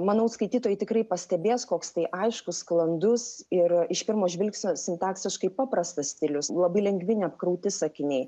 manau skaitytojai tikrai pastebės koks tai aiškus sklandus ir iš pirmo žvilgsnio sintaksiškai paprastas stilius labai lengvi neapkrauti sakiniai